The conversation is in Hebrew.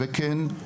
וכן,